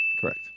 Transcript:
Correct